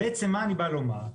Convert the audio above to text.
מה אני בא לומר?